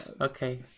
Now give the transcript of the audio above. Okay